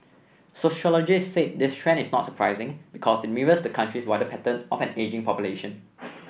sociologists said this trend is not surprising because it mirrors the country's wider pattern of an ageing population